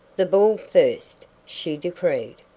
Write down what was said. the ball first, she decreed.